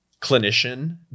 clinician